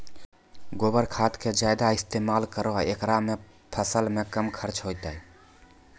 गोबर खाद के ज्यादा इस्तेमाल करौ ऐकरा से फसल मे कम खर्च होईतै?